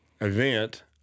event